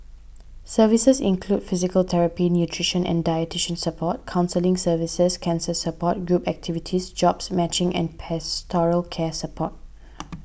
services include physical therapy nutrition and dietitian support counselling services cancer support group activities jobs matching and pastoral care support